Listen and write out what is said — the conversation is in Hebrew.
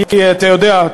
כי אתה יודע,